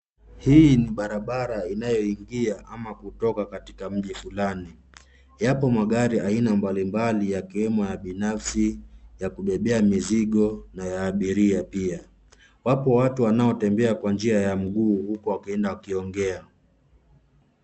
Hii ni barabara inayoingia su kutoka katika mji Fulani. Yapo magari aina mbali mbali yakiwemo ya binafsi, ya kubebea mizigo na ya abiria pia. Wapo watu wanatembea kwa njia ya mguu huku wakienda wakiongea.